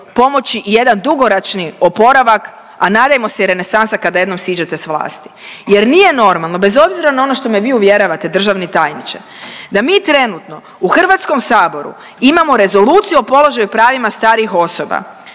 pomoći ijedan dugoročni oporavak, a nadajmo se i renesansa kada jednom siđete s vlasti. Jer nije normalno bez obzira na ono što me vi uvjeravate državni tajniče da mi trenutno u HS imamo Rezoluciju o položaju i pravima starijih osoba,